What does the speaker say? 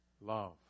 love